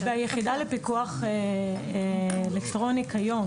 ביחידה לפיקוח אלקטרוני כיום,